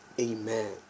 amen